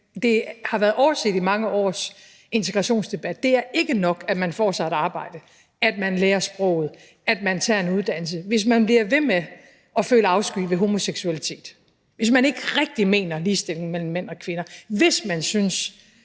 det har været overset i mange års integrationsdebat. Det er ikke nok, at man får sig et arbejde, at man lærer sproget, at man tager en uddannelse, hvis man bliver ved med at føle afsky for homoseksualitet; hvis man ikke rigtig mener, at ligestilling mellem mænd og kvinder er godt; hvis man syntes,